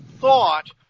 thought